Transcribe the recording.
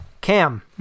Cam